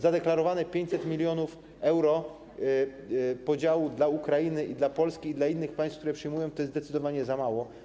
Zadeklarowane 500 mln euro do podziału dla Ukrainy, dla Polski i dla innych państw, które przyjmują, to jest zdecydowanie za mało.